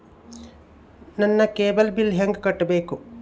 ನನ್ನ cable bill ಹೆಂಗ ಕಟ್ಟಬೇಕು?